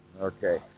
Okay